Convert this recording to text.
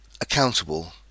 Accountable